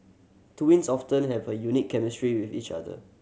twins often have a unique chemistry with each other